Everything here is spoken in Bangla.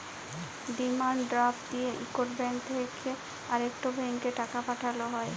ডিমাল্ড ড্রাফট দিঁয়ে ইকট ব্যাংক থ্যাইকে আরেকট ব্যাংকে টাকা পাঠাল হ্যয়